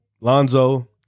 Lonzo